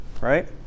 right